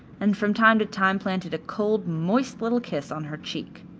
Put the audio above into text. and from time to time planted a cold, moist little kiss on her cheek.